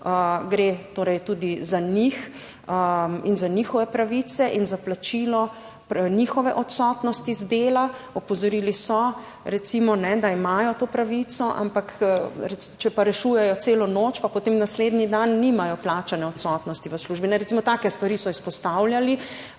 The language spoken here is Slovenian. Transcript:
torej tudi za njih in za njihove pravice in za plačilo njihove odsotnosti z dela. Opozorili so recimo, ne da imajo to pravico, ampak če pa rešujejo celo noč, pa potem naslednji dan nimajo plačane odsotnosti v službi, recimo, take stvari so izpostavljali.